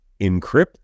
encrypt